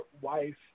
wife